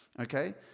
okay